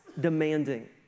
demanding